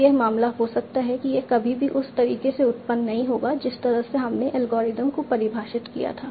तो यह मामला हो सकता है कि यह कभी भी उस तरीके से उत्पन्न नहीं होगा जिस तरह से हमने एल्गोरिथ्म को परिभाषित किया है